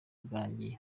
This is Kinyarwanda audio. gangi